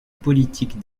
politique